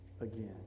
again